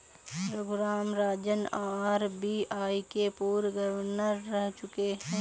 Raghuram Rajan RBI के पूर्व governor रह चुके हैं